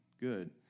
Good